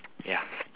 ya